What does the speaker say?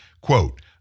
quote